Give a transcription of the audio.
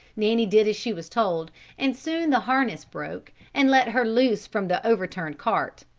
nanny did as she was told and soon the harness broke and let her loose from the overturned cart.